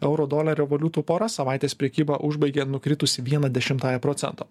euro dolerio valiutų pora savaitės prekybą užbaigė nukritusi viena dešimtąja procento